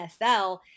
nfl